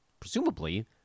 presumably